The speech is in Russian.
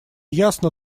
ясно